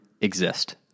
exist